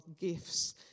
gifts